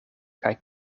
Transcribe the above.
kaj